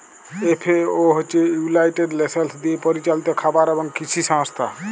FAO হছে United Nations দিয়ে পরিচালিত খাবার এবং কিসি সংস্থা